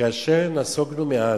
כאשר נסוגנו מעזה,